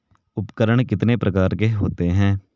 उपकरण कितने प्रकार के होते हैं?